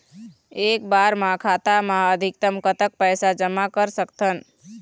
एक बार मा खाता मा अधिकतम कतक पैसा जमा कर सकथन?